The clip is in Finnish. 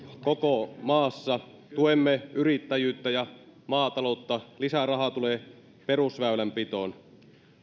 koko maassa tuemme yrittäjyyttä ja maataloutta lisää rahaa tulee perusväylänpitoon